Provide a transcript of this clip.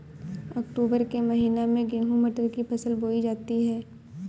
अक्टूबर के महीना में गेहूँ मटर की फसल बोई जाती है